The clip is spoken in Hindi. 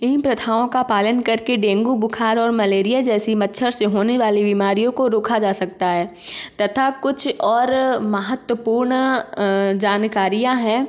इन प्रथाओं का पालन करके डेंगू बुखार और मलेरिया जैसी मच्छर से होने वाली बीमारियों को रोका जा सकता है तथा कुछ और महत्वपूर्ण जानकारियाँ हैं